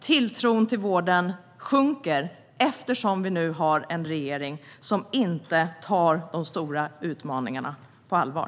Tilltron till vården sjunker eftersom vi nu har en regering som inte tar de stora utmaningarna på allvar.